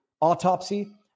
autopsy